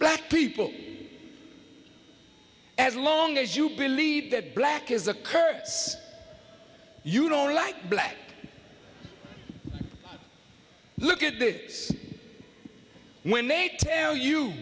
black people as long as you believe that black is a currents you don't like black look at this when they tell you